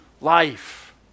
life